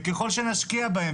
וככל שנשקיע בהם,